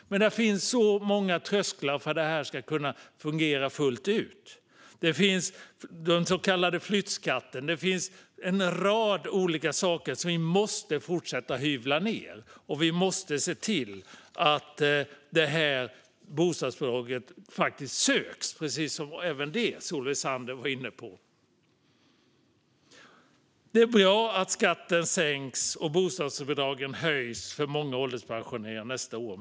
Men det finns så många hinder för att det här ska kunna fungera fullt ut, till exempel den så kallade flyttskatten. Det finns en rad olika saker som vi måste fortsätta hyvla ned. Vi måste också se till att bostadsbidraget faktiskt söks. Solveig Zander var inne även på detta. Det är bra att skatten sänks och att bostadsbidragen höjs för många ålderspensionärer nästa år.